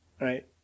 right